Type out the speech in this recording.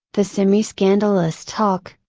the semi scandalous talk,